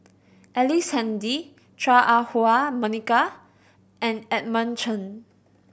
Ellice Handy Chua Ah Huwa Monica and Edmund Chen